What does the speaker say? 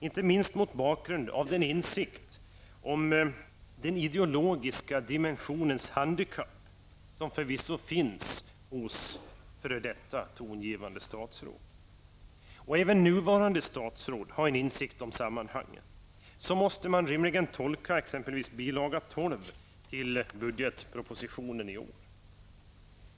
Inte minst mot bakgrund av den insikt om den ideologiska dimensionens handikapp som förvisso finns hos f.d. tongivande statsråd. Även nuvarande statsråd har en insikt om sammanhangen. Så måste man rimligen tolka exempelvis bil. 12 till budgetpropositionen i år.